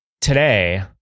today